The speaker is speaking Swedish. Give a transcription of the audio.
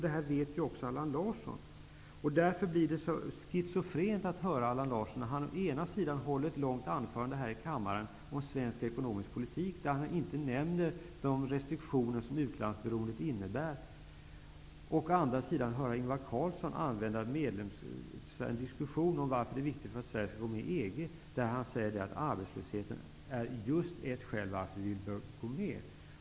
Det vet ju också Därför blir det så schizofrent att å ena sidan höra Allan Larsson hålla ett långt anförande här i kammaren om svensk ekonomisk politik, där han inte nämner de restriktioner som utlandsberoendet innebär, och å andra sidan höra Ingvar Carlsson föra en diskussion om varför det är viktigt att Sverige skall gå med i EG, där han säger att just arbetslösheten är ett skäl till varför vi vill gå med.